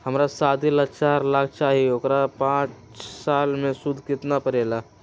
हमरा शादी ला चार लाख चाहि उकर पाँच साल मे सूद कितना परेला?